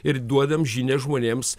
ir duodam žinią žmonėms